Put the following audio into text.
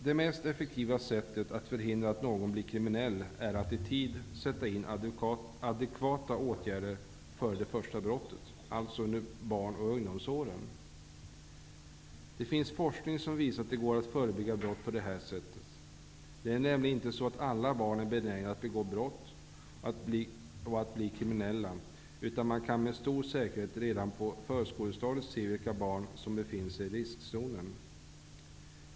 Det mest effektiva sättet att förhindra att någon blir kriminell är att i tid sätta in adekvata åtgärder före det första brottet, alltså under barnoch ungdomsåren. Det finns forskning som visar att det går att förebygga brott på det här sättet. Det är nämligen inte så att alla barn är benägna att begå brott och att bli kriminella, utan man kan med stor säkerhet redan på förskolestadiet se vilka barn som befinner sig i riskzonen.